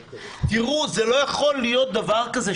תראו, לא יכול להיות דבר כזה.